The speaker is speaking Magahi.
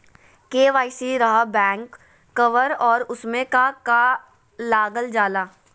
के.वाई.सी रहा बैक कवर और उसमें का का लागल जाला?